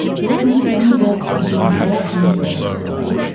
the refugee family will cook the meal and share their story,